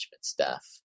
staff